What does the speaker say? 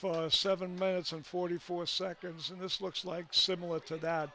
for seven minutes and forty four seconds and this looks like similar to that